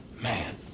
man